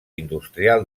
industrial